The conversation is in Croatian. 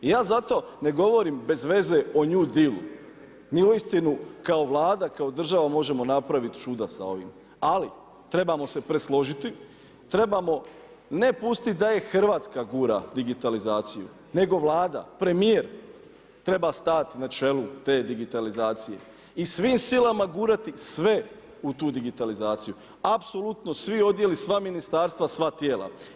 I ja zato ne govorim bezveze o new dealu, mi uistinu kao vlada, kao država možemo napraviti čuda sa ovim, ali trebamo se presložiti, trebamo ne pustiti da e-Hrvatska gura digitalizaciju nego vlada, premijer treba stajati na čelu te digitalizacije i svim silama gurati sve u tu digitalizaciju, apsolutno svi odjeli, sva ministarstva, sva tijela.